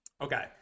Okay